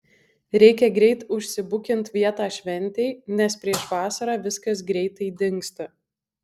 reikia greit užsibukint vietą šventei nes prieš vasarą viskas greitai dingsta